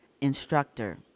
Instructor